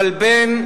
מלב"ן,